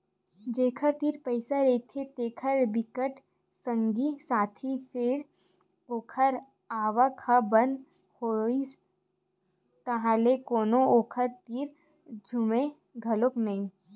जेखर तीर पइसा रहिथे तेखर बिकट संगी साथी फेर ओखर आवक ह बंद होइस ताहले कोनो ओखर तीर झुमय घलोक नइ